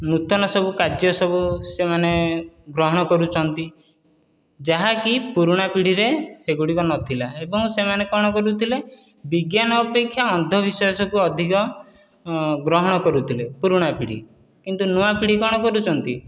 ନୂତନ ସବୁ କାର୍ଯ୍ୟ ସେମାନେ ଗ୍ରହଣ କରୁଛନ୍ତି ଯାହାକି ପୁରୁଣା ପିଢ଼ିରେ ସେଗୁଡ଼ିକ ନଥିଲା ଏବଂ ସେମାନେ କ'ଣ କରୁଥିଲେ ବିଜ୍ଞାନ ଅପେକ୍ଷା ଅନ୍ଧବିଶ୍ୱାସକୁ ଅଧିକ ଗ୍ରହଣ କରୁଥିଲେ ପୁରୁଣା ପିଢ଼ି କିନ୍ତୁ ନୂଆପିଢ଼ି କ'ଣ କରୁଛନ୍ତି